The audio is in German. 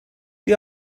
die